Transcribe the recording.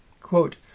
Quote